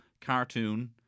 Cartoon